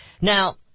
Now